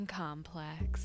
complex